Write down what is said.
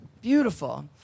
Beautiful